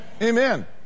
Amen